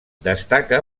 destaca